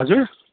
हजुर